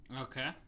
Okay